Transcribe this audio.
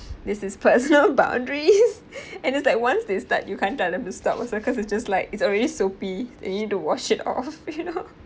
this is personal boundaries and it's like once they start you can't tell them to stop because it's just like it's already soapy and you need to wash it off you know